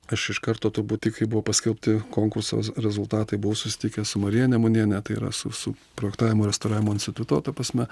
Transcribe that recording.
aš iš karto turbūt tik kai buvo paskelbti konkurso rezultatai buvau susitikęs su marija nemuniene tai yra su su projektavimo restauravimo instituto ta prasme